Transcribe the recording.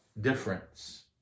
difference